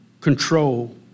control